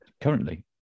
currently